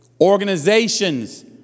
organizations